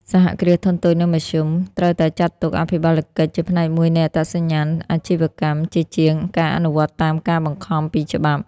សហគ្រាសធុនតូច និងមធ្យម ត្រូវតែចាត់ទុកអភិបាលកិច្ចជាផ្នែកមួយនៃ "អត្តសញ្ញាណអាជីវកម្ម" ជាជាងការអនុវត្តតាមការបង្ខំពីច្បាប់។